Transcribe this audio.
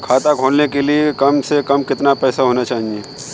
खाता खोलने के लिए कम से कम कितना पैसा होना चाहिए?